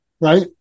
right